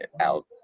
out